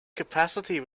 capacity